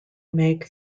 make